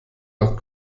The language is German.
nach